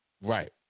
Right